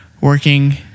working